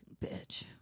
bitch